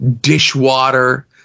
dishwater